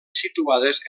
situades